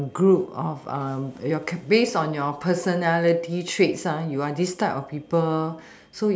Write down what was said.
group of a your based on your personality traits you are this type of people